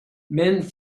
men